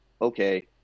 okay